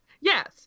Yes